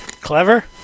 Clever